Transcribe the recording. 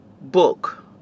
book